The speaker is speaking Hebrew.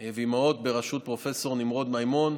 ואימהות בראשות פרופ' נמרוד מימון,